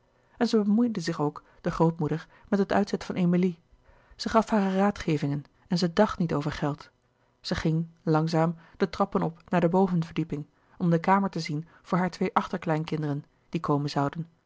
en zij bemoeide zich ook louis couperus de boeken der kleine zielen de grootmoeder met het uitzet van emilie zij gaf hare raadgevingen en zij dàcht niet over geld zij ging langzaam de trappen op naar de bovenverdieping om de kamer te zien voor hare twee achterkleinkinderen die komen zouden